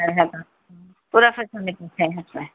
ہیتا پورا